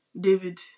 David